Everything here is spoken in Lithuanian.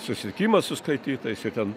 susitikimas su skaitytojais jo ten